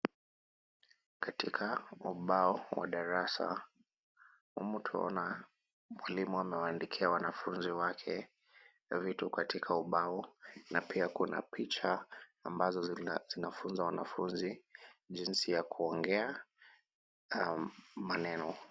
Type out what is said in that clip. Katika ubao wa darasa, humu twaona mwalimu amewaandikia wanafunzi wake vitu katika ubao na pia kuna picha ambazo zinafunza wanafunzi jinsi ya kuongea maneno.